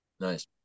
Nice